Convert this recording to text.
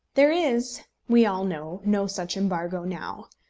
there is, we all know, no such embargo now.